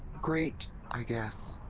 great! i guess.